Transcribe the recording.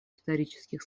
исторических